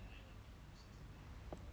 mm